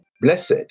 Blessed